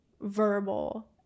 verbal